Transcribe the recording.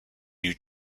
new